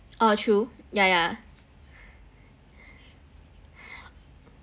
orh true yeah yeah